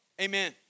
Amen